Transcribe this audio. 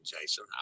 Jason